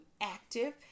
active